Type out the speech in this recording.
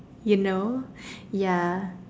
you know ya